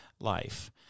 life